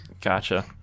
Gotcha